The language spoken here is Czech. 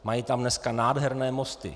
Mají tam dneska nádherné mosty.